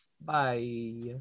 Bye